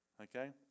Okay